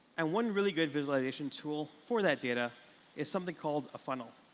and one really good visualization tool for that data is something called a funnel.